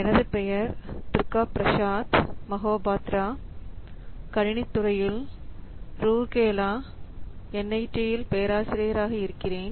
எனது பெயர் துர்கா பிரசாத் மகோபாத்ரா கணினித்துறையில் ரூர்கேலா என்ஐ இல் பேராசிரியராக இருக்கிறேன்